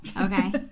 Okay